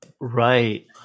Right